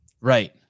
Right